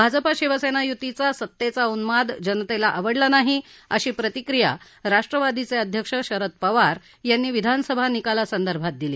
भाजपा शिवसेना युतीचा सत्तेचा उन्माद जनतेला आवडला नाही अशी प्रतिक्रिया राष्ट्रवादीचे अध्यक्ष शरद पवार यांनी विधानसभा निकालासंदर्भात दिली